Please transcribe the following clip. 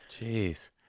Jeez